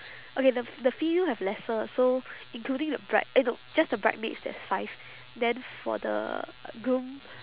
okay the the field have lesser so including the bride eh no just the bridesmaids there is five then for the uh groom